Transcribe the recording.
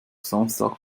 samstag